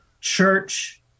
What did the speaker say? church